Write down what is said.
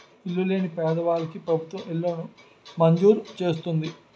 ఇల్లు లేని పేదవాళ్ళకి ప్రభుత్వం ఇళ్లను మంజూరు చేస్తుంది